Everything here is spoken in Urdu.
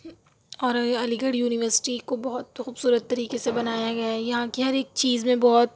اور علی گڑھ یونیورسٹی کو بہت خوبصورت طریقے سے بنایا گیا ہے یہاں کی ہر ایک چیز میں بہت